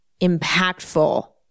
impactful